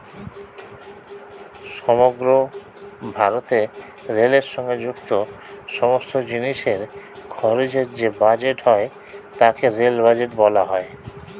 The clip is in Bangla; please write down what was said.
সমগ্র ভারতে রেলের সঙ্গে যুক্ত সমস্ত জিনিসের খরচের যে বাজেট হয় তাকে রেল বাজেট বলা হয়